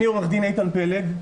אני עורך הדין איתן פלג,